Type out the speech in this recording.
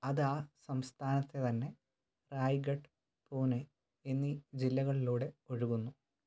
അത് ആ സംസ്ഥാനത്തെ തന്നെ റായ്ഗഡ് പൂനെ എന്നീ ജില്ലകളിലൂടെ ഒഴുകുന്നു